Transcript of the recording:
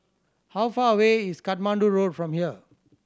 how far away is Katmandu Road from here